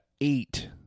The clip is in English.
eight